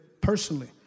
personally